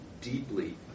deeply